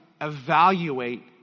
evaluate